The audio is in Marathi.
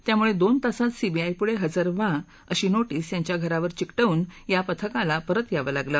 त्यामुळे दोन तासात सीबीआयपुढं हजर व्हा अशी नोटीस त्यांच्या घरावर चिकटवून या पथकाला परत यावं लागलं